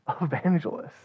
evangelists